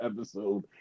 episode